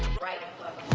right hook